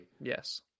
Yes